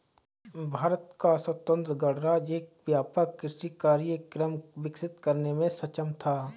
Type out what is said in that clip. भारत का स्वतंत्र गणराज्य एक व्यापक कृषि कार्यक्रम विकसित करने में सक्षम था